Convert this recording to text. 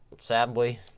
sadly